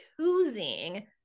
choosing